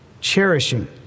cherishing